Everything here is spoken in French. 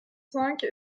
cinq